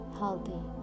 healthy